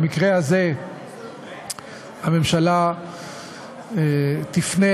במקרה הזה הממשלה תפנה,